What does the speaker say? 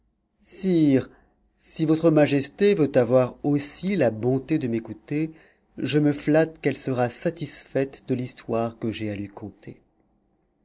si votre majesté veut avoir aussi la bonté de m'écouter je me flatte qu'elle sera satisfaite de l'histoire que j'ai à lui conter